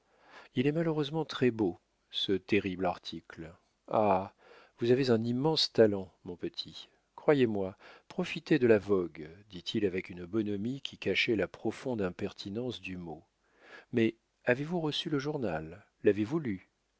il est malheureusement très-beau ce terrible article ah vous avez un immense talent mon petit croyez-moi profitez de la vogue dit-il avec une bonhomie qui cachait la profonde impertinence du mot mais avez-vous reçu le journal l'avez-vous lu